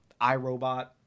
iRobot